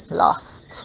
lost